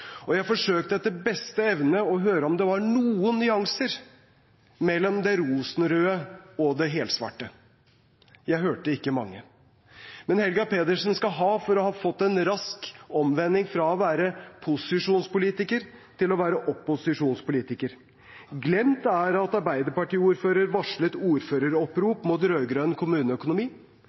og jeg forsøkte etter beste evne å høre om det var noen nyanser mellom det rosenrøde og det helsvarte. Jeg hørte ikke mange. Men Helga Pedersen skal ha for det – for en rask omvending fra å være posisjonspolitiker til å være opposisjonspolitiker. Glemt er det at arbeiderpartiordførere varslet et ordføreropprop mot rød-grønn kommuneøkonomi.